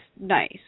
nice